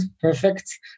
Perfect